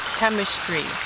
chemistry